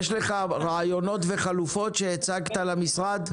יש לך רעיונות וחלופות שהצגת למשרד?